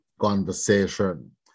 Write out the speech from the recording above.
conversation